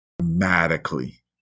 dramatically